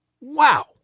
Wow